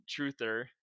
truther